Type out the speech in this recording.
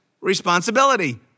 responsibility